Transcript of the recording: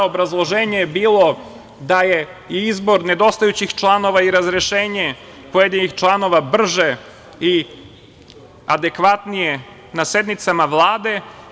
Obrazloženje je bilo da je i izbor nedostajućih članova i razrešenje pojedinih članova brže i adekvatnije na sednicama Vlade.